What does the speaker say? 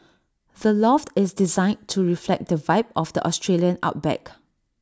the loft is designed to reflect the vibe of the Australian outback